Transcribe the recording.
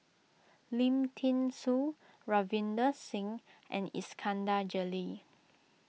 Lim thean Soo Ravinder Singh and Iskandar Jalil